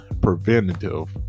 preventative